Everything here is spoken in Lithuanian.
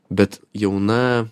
bet jauna